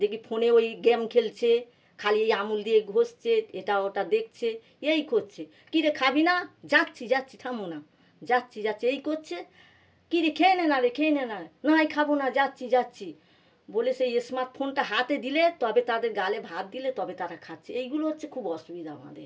দেখি ফোনে ওই গেম খেলছে খালি এই আঙুল দিয়ে ঘষছে এটা ওটা দেখছে এই করছে কী রে খাবি না যাচ্ছি যাচ্ছি থামো না যাচ্ছি যাচ্ছি এই করছে কী রে খেয়ে নে না রে খেয়ে নে না নায় খাবো না যাচ্ছি যাচ্ছি বলে সে স্মার্টফোনটা হাতে দিলে তবে তাদের গালে ভাত দিলে তবে তারা খাচ্ছে এইগুলো হচ্ছে খুব অসুবিধা আমাদের